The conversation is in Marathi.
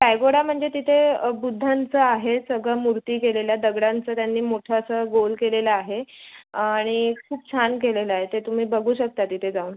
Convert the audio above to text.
पॅगोडा म्हणजे तिथे बुद्धांचं आहे सगळं मूर्ती केलेल्या दगडांचं त्यांनी मोठं असं गोल केलेलं आहे आणि खूप छान केलेलं आहे ते तुम्ही बघू शकता तिथे जाऊन